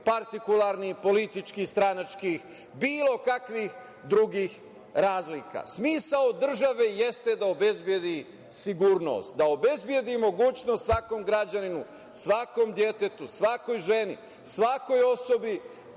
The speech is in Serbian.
partikularnih političkih, stranačkih, bilo kakvih drugih razlika. Smisao države jeste da obezbedi sigurnost, da obezbedi mogućnost svakom građaninu, svakom detetu, svakoj ženi, svakoj osobi